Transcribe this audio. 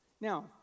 Now